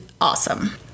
awesome